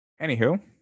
Anywho